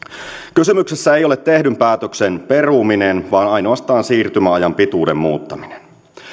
kysymyksessä ei ole tehdyn päätöksen peruminen vaan ainoastaan siirtymäajan pituuden muuttaminen